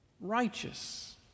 Righteous